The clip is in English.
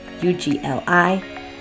u-g-l-i